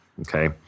okay